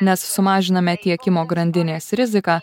nes sumažiname tiekimo grandinės riziką